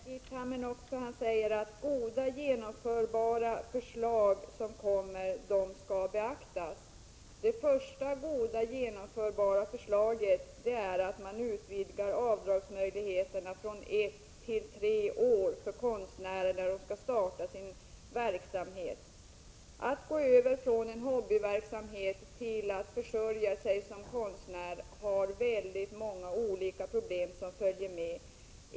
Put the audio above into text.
Herr talman! Erkki Tammenoksa säger att goda genomförbara förslag skall beaktas. Det första goda genomförbara förslaget är att man utvidgar avdragsmöjligheterna från ett till tre år för konstnärer när de skall starta sin verksamhet. Att gå över från en hobbyverksamhet till att försörja sig som konstnär medför många olika problem.